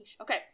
Okay